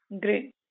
great